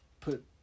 put